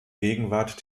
gegenwart